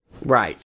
Right